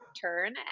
turn